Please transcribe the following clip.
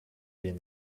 been